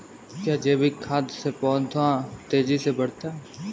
क्या जैविक खाद से पौधा तेजी से बढ़ता है?